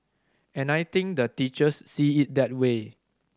and I think the teachers see it that way